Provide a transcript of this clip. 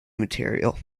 material